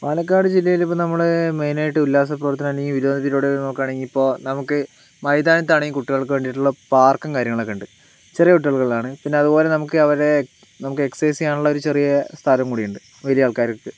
പാലക്കാട് ജില്ലയിലെ ഇപ്പോൾ നമ്മൾ മെയ്നായിട്ട് ഉല്ലാസപ്രവർത്തനം അല്ലെങ്കിൽ വിനോദത്തിലൂടെ നോക്കുകയാണെങ്കിൽ ഇപ്പോൾ നമുക്ക് മൈതാനത്താണെങ്കിൽ കുട്ടികൾക്ക് വേണ്ടീട്ടുള്ള പാർക്കും കാര്യങ്ങളൊക്കെ ഉണ്ട് ചെറിയ കുട്ടികൾക്കുള്ളതാണ് പിന്നെ അതുപോലെ നമുക്ക് അവരെ നമുക്ക് എക്സ്സസൈസ് ചെയ്യാനുള്ള ഒരു ചെറിയ സ്ഥലം കൂടി ഉണ്ട് വലിയ ആൾക്കാർക്ക്